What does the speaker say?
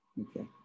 Okay